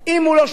אם הוא לא שילם,